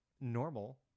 normal